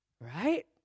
Right